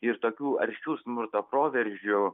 ir tokių aršių smurto proveržių